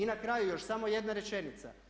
I na kraju još samo jedna rečenica.